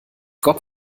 gott